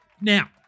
now